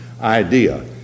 idea